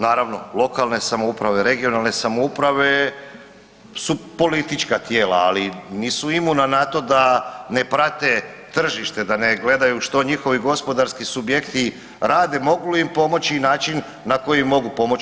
Naravno lokalne samouprave i regionalne samouprave su politička tijela, ali nisu imuna na to da ne prate tržište, da ne gledaju što njihovi gospodarski subjekti rade, mogu li im pomoći i način na koji im mogu pomoći.